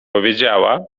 powiedziała